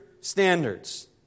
standards